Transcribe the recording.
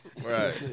Right